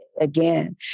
again